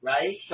Right